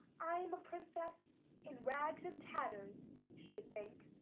i am a princess in rags and tatters, she would think,